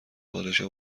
پادشاه